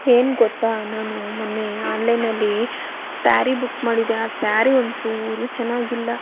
ಏ ಗೊತ್ತಾ ನಾನು ಮೊನ್ನೆಆನ್ಲೈನಲ್ಲಿ ಸ್ಯಾರಿ ಬುಕ್ ಮಾಡಿದೆ ಆ ಸ್ಯಾರಿ ಒಂಚೂರು ಚೆನ್ನಾಗಿಲ್ಲ